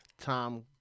Tom